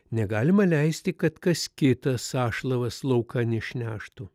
negalima leisti kad kas kitas sąšlavas laukan išneštų